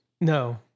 No